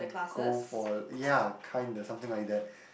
go for ya kinda something like that